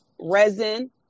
resin